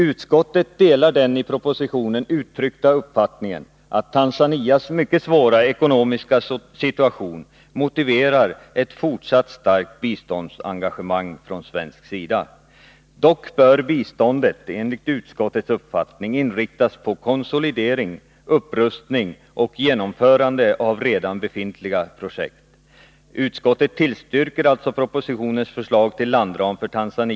Utskottet delar den i propositionen uttryckta uppfattningen att Tanzanias mycket svåra ekonomiska situation motiverar ett fortsatt starkt biståndsengagemang från svensk sida. Dock bör biståndet enligt utskottets uppfattning inriktas på konsolidering, upprustning och genomförande av redan befintliga projekt. Utskottet tillstyrker alltså propositionens förslag till landram för Tanzania.